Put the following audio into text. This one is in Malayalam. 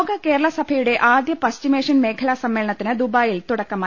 ലോക കേരള സഭയുടെ ആദ്യ പശ്ചിമേഷ്യൻ മേഖലാ സമ്മേളനത്തിന് ദുബായിൽ തുടക്കമായി